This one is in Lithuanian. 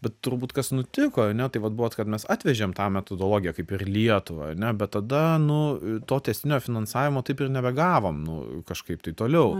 bet turbūt kas nutiko ane tai vat buvo kad mes atvežėm tą metodologiją kaip ir į lietuvą ane bet tada nu to tęstinio finansavimo taip ir nebegavom nu kažkaip tai toliau